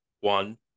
One